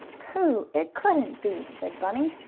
pooh! it couldn't be, said bunny.